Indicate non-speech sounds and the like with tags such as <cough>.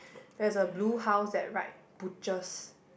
<breath> there's a blue house that write butchers